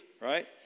right